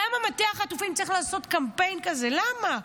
למה מטה החטופים צריך לעשות קמפיין כזה, למה?